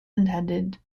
intended